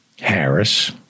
Harris